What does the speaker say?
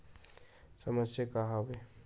समस्या का आवे?